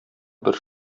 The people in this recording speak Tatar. бер